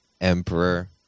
Emperor